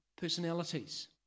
personalities